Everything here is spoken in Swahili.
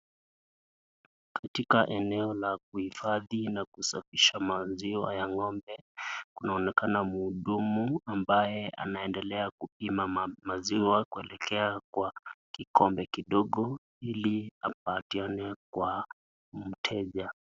Katika eneo la kuhifadhi na kusafisha maziwa ya ng'ombe, kunaonekana muhudumu ambaye anaendelea kupima maziwa kuelekea kwa kikombe kidogo ili apateane kwa mteja.